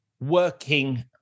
working